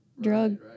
drug